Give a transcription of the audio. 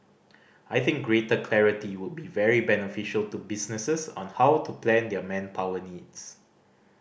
I think greater clarity would be very beneficial to businesses on how to plan their manpower needs